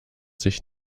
sich